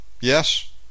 Yes